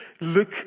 look